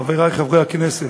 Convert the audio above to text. חברי חברי הכנסת,